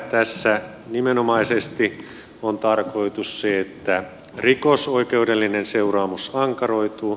tässä nimenomaisesti on tarkoitus se että rikosoikeudellinen seuraamus ankaroituu